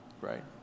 right